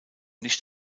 nicht